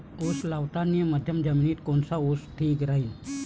उस लावतानी मध्यम जमिनीत कोनचा ऊस ठीक राहीन?